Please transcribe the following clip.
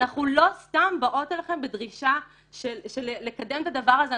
אנחנו לא סתם באות אליכם בדרישה לקדם את הדבר הזה,